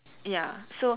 ya so